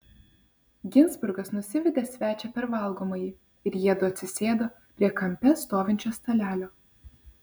ginzburgas nusivedė svečią per valgomąjį ir jiedu atsisėdo prie kampe stovinčio stalelio